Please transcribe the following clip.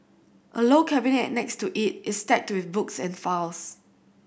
a low cabinet next to it is stacked with books and files